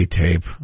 tape